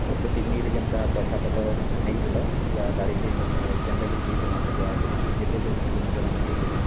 ତ ସେ ପିକନିକ୍ରେ ଯେନ୍ତା ପଇସା ପତର୍ ନେଇଥିଲ ୟା ଗାଡ଼ି ଯିଏ ନେଇ ଯେନ୍ତା କରି ଯେଇଥିଲା ସେ ଜାଗାକେ ଯେତେବେଲେ କିଲୋମିଟର୍ ଆମେ ଯେଇଥିଲୁ